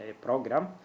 program